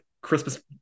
Christmas